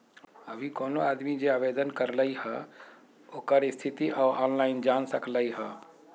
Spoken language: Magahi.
अभी कोनो आदमी जे आवेदन करलई ह ओकर स्थिति उ ऑनलाइन जान सकलई ह